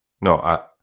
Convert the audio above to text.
No